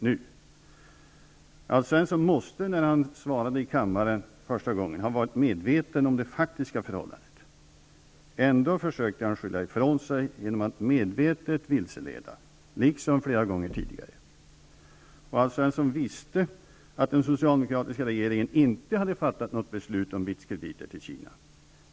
När Alf Svensson svarade i kammaren första gången måste han ha varit medveten om det faktiska förhållandet. Ändå försökte han skylla ifrån sig genom att medvetet vilseleda, liksom flera gånger tidigare. Alf Svensson visste att den socialdemokratiska regeringen inte hade fattat något beslut om BITS krediter till Kina.